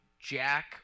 Jack